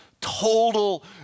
total